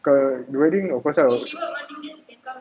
kau the wedding of course lah